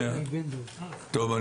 טוב,